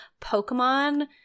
Pokemon